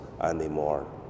anymore